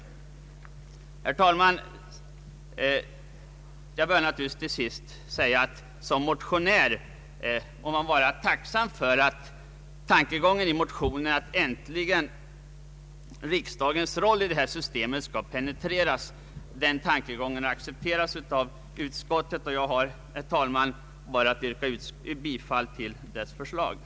Jag bör naturligtvis till sist säga att jag i egenskap av motionär får vara tacksam för att tankegången i motio nen — att riksdagens roll i detta system skall penetreras — accepteras av utskottet. Herr talman! Jag har bara att yrka bifall till utskottets hemställan.